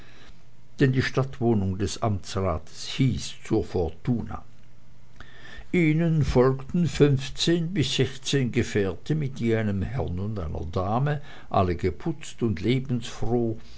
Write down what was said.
denn die stadtwohnung des amtsrates hieß zur fortuna ihnen folgten fünfzehn bis sechszehn gefährte mit je einem herren und einer dame alle geputzt und lebensfroh